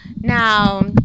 now